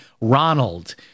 Ronald